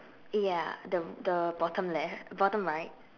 ya the the bottom left bottom right